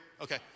Okay